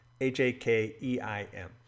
H-A-K-E-I-M